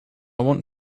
want